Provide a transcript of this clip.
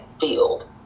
field